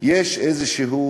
יש איזושהי